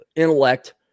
intellect